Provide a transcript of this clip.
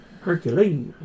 Hercules